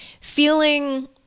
Feeling